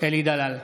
אלי דלל,